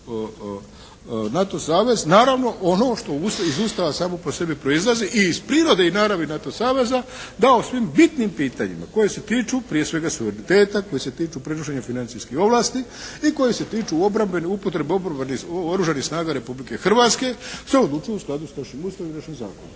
NATO savez naravno ono što iz Ustava samo po sebi proizlazi i iz prirode i naravi NATO saveza da o svim bitnim pitanjima koji se tiču prije svega suvereniteta, koji se tiču prekršenja financijskih ovlasti i koji se tiču obrambenih, upotrebe Oružanih snaga Republike Hrvatske se odlučuje u skladu s našim Ustavom i našim zakonom.